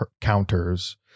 counters